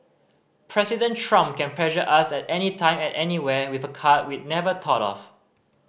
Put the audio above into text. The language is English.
President Trump can pressure us at anytime at anywhere with a card we'd never thought of